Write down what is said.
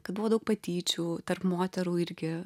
kad buvo daug patyčių tarp moterų irgi